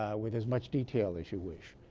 ah with as much detail as you wish